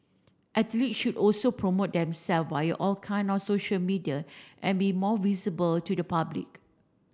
athlete should also promote them self via all kinds of social media and be more visible to the public